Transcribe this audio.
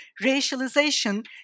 racialization